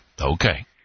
Okay